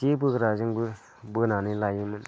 जे बोग्राजोंबो बोनानै लायोमोन